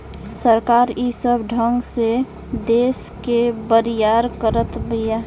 सरकार ई सब ढंग से देस के बरियार करत बिया